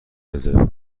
رزرو